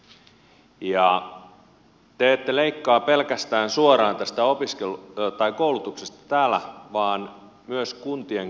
te ette leikkaa pelkästään suoraan tästä koulutuksesta täällä vaan myös kuntien kautta